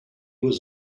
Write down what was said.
was